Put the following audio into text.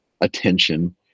attention